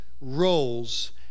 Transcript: roles